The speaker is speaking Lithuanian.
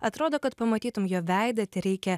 atrodo kad pamatytum jo veidą tereikia